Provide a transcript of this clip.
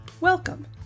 Welcome